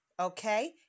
okay